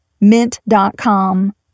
Mint.com